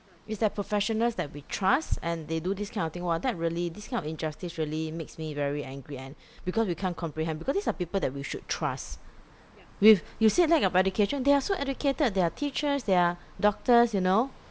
it's that professionals that we trust and they do this kind of thing !wah! that really this kind of injustice really makes me very angry and because we can't comprehend because these are people that we should trust with you said lack of education they are so educated they are teachers they are doctors you know